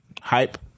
Hype